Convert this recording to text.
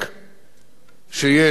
שיש מה לעשות.